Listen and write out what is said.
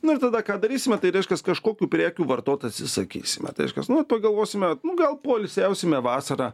na ir tada ką darysime tai reiškias kažkokių prekių vartot atsisakysime tai reiškias nu vat pagalvosime gal poilsiausime vasarą